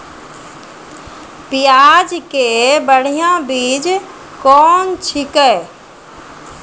प्याज के बढ़िया बीज कौन छिकै?